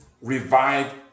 revive